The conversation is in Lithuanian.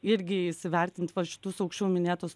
irgi įsivertint va šitus aukščiau minėtus